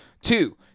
two